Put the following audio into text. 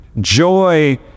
joy